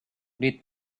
with